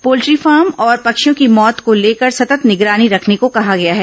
poultry farm और पक्षियों की मौत को लेकर सतत् निगरानी रखने को कहा गया है